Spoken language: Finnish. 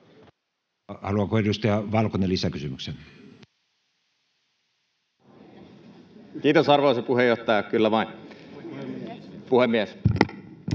Haluaako edustaja Valkonen lisäkysymyksen? Kiitos, arvoisa puheenjohtaja! Kyllä vain.